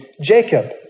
Jacob